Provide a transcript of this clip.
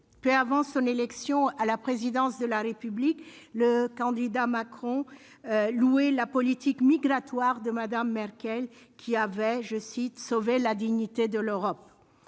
peu avant son élection à la présidence de la République, le candidat Macron louait la politique migratoire de Mme Merkel, qui avait « sauvé la dignité de l'Europe ».